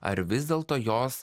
ar vis dėlto jos